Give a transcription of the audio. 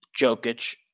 Jokic